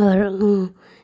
और